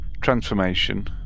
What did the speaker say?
transformation